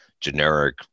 generic